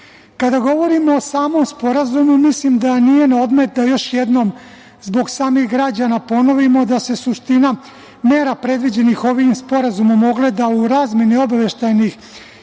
govorimo o samom sporazumu, mislim da nije naodmet da još jednom zbog samih građana ponovimo da se suština mera predviđenih ovim sporazumom ogleda u razmeni obaveštajnih